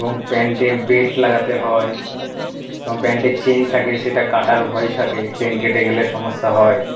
এবং প্যান্টে বেল্ট লাগাতে হয় এবং প্যান্টে চেন থাকে সেটা কাটার ভয় থাকে চেন কেটে গেলে সমস্যা হয়